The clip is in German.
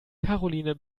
karoline